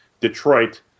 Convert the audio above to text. Detroit